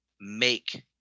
make